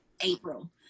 April